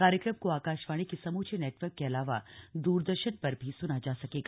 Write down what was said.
कार्यक्रम को आकाशवाणी के समूचे नेटवर्क के अलावा दूरदर्शन पर भी सुना जा सकेगा